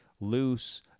loose